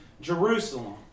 Jerusalem